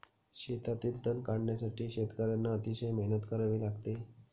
शेतातील तण काढण्यासाठी शेतकर्यांना अतिशय मेहनत करावी लागते